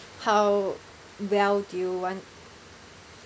how well do you want